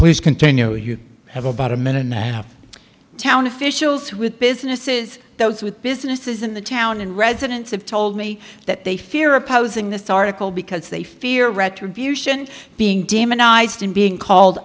please continue you have about a minute and a half town officials with businesses those with businesses in the town and residents have told me that they fear opposing this article because they fear retribution being demonized and being called